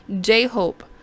J-Hope